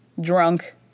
Drunk